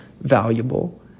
valuable